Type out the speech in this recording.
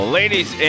ladies